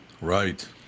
right